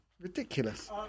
ridiculous